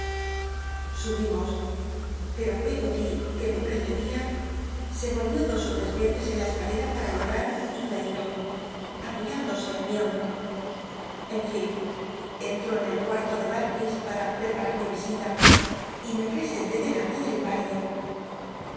subimos pero l'c goty que me precedía se volvió dos ó tres veces en la escalet'it pam jl otat r reir aun apoy indosc en mi hombro en fin entió en el cuarto de barkis p ll'a preparar mi visita y me presenté delante del innilido